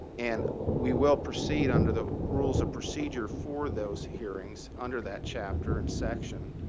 and we will proceed under the rules of procedure for those hearings under that chapter and section.